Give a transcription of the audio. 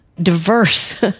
diverse